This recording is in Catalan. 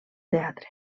teatre